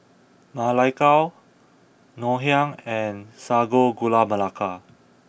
Ma Lai Gao Ngoh Hiang and Sago Gula Melaka